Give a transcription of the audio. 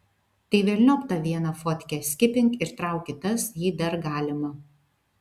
tai velniop tą vieną fotkę skipink ir trauk kitas jei dar galima